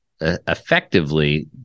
effectively